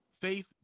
faith